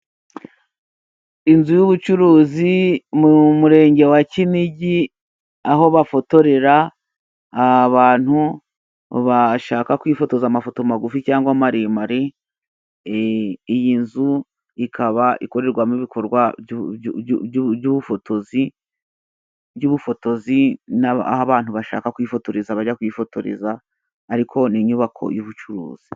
Inzu y'ubucuruzi mu Murenge wa Kinigi, aho bafotorera abantu bashaka kwifotoza amafoto magufi cyangwa maremare, iyi nzu ikaba ikorerwamo ibikorwa by'ubufotozi by'ubufotozi aho abantu bashaka kwifotoza bajya kwifotoreza ariko ni inyubako y'ubucuruzi.